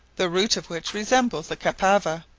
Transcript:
the root of which resembles the cassava,